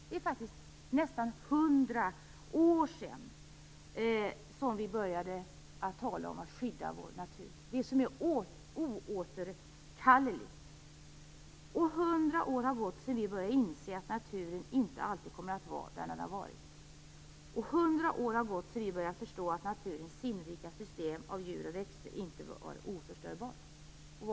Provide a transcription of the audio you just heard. Det är faktiskt nästan hundra år sedan vi började tala om att skydda vår natur, att skydda det som är oåterkalleligt. Hundra år har gått sedan vi började inse att naturen inte alltid kommer att vara vad den har varit. Hundra år har gått sedan vi började förstå att naturens sinnrika system när det gäller djur och växter inte är oförstörbart.